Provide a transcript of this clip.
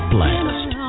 Blast